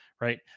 right